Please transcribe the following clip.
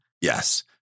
Yes